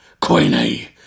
Queenie